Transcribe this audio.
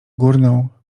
górną